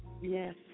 Yes